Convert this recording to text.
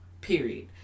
Period